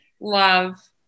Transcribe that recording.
love